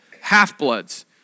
half-bloods